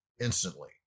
instantly